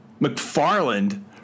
McFarland